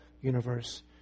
universe